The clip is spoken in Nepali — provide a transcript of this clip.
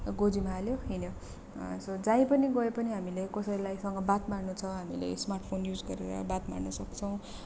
गोजीमा हाल्यो हिँड्यो जहीँ पनि गए पनि हामीले कसैलाई सँग बात मार्नु छ हामीले स्मार्ट फोन युज गरेर बात मार्नु सक्छौँ